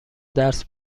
درس